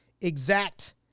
exact